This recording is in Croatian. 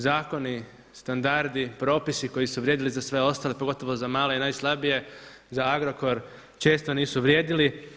Zakoni, standardi, propisi koji su vrijedili za sve ostale pogotovo za male i najslabije za Agrokor često nisu vrijedili.